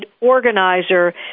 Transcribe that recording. organizer